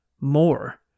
more